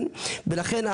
ולכן,